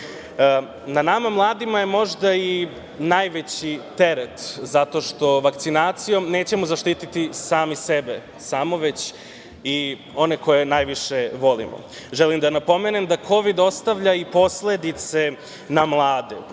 Na nama mladima je možda i najveći teret zato što vakcinacijom nećemo zaštititi sami sebe, već i one koje najviše volimo. Želim da napomenem da Kovid ostavlja i posledice na mlade